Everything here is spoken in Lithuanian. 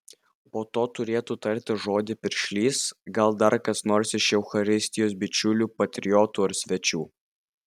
po to turėtų tarti žodį piršlys gal dar kas nors iš eucharistijos bičiulių patriotų ar svečių